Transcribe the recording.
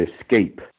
escape